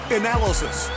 analysis